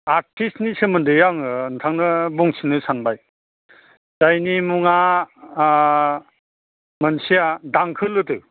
आर्थिस्टनि सोमोन्दै आङो नोंथांनो बुंथिनो सानबाय जायनि मुङा मोनसेया दांखो लोदो